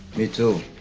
me too.